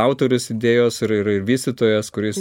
autorius idėjos ir ir ir vystytojas kuris